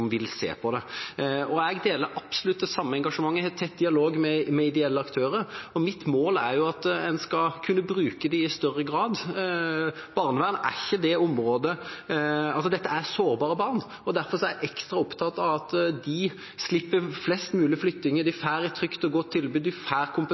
vil se på det. Jeg deler absolutt det samme engasjementet. Jeg har tett dialog med ideelle aktører, og mitt mål er at en skal kunne bruke dem i større grad. Dette er sårbare barn. Derfor er jeg ekstra opptatt av at de slipper flest mulig flyttinger,